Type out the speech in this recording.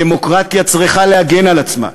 הדמוקרטיה צריכה להגן על עצמה.